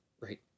right